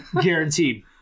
guaranteed